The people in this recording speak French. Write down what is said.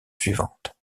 suivante